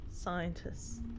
scientists